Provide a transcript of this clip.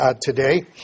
today